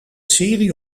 serie